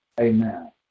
Amen